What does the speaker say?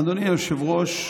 אדוני היושב-ראש,